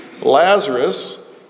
Lazarus